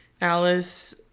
Alice